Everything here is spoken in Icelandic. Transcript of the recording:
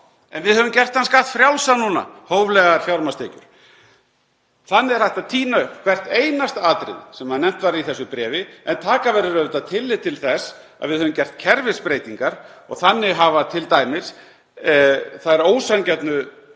en við höfum gert það skattfrjálst núna, hóflegar fjármagnstekjur. Þannig er hægt að tína upp hvert einasta atriði sem nefnt var í þessu bréfi en taka verður tillit til þess að við höfum gert kerfisbreytingar og þannig verða t.d. þær ósanngjörnu